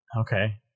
Okay